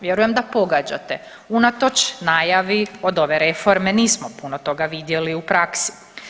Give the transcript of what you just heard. Vjerujem da pogađate, unatoč najavi od ove reforme nismo puno toga vidjeli u praksi.